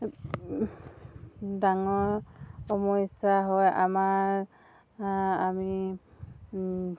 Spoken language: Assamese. ডাঙৰ সমস্যা হয় আমাৰ আমি